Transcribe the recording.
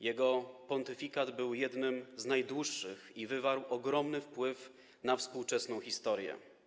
Jego pontyfikat był jednym z najdłuższych i wywarł ogromny wpływ na współczesną historię.